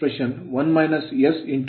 ಆದ್ದರಿಂದ ನಾವು 57